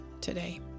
today